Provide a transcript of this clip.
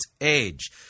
age